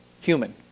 human